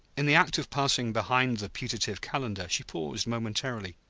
in the act of passing behind the putative calendar, she paused momentarily,